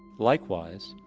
likewise,